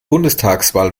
bundestagswahl